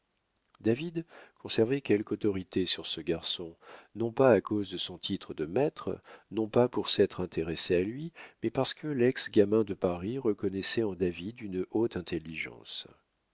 david conservait quelque autorité sur ce garçon non pas à cause de son titre de maître non pas pour s'être intéressé à lui mais parce que lex gamin de paris reconnaissait en david une haute intelligence